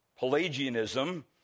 Pelagianism